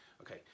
Okay